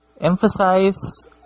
emphasize